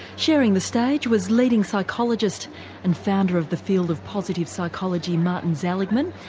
sharing the stage was leading psychologist and founder of the field of positive psychology martin seligman,